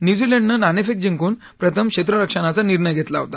न्यूझीलंडनं नाणेफेक जिंकून प्रथम क्षेत्ररक्षणाचा निर्णय घेतला होता